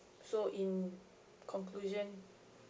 so in conclusion